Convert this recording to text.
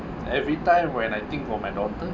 everytime when I think for my daughter